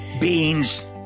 Beans